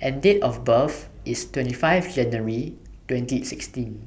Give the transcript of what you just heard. and Date of birth IS twenty five January twenty sixteen